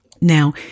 Now